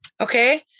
okay